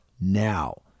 now